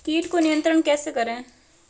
कीट को नियंत्रण कैसे करें?